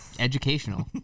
Educational